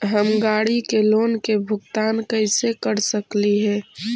हम गाड़ी के लोन के भुगतान कैसे कर सकली हे?